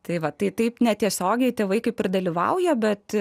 tai va tai taip netiesiogiai tėvai kaip ir dalyvauja bet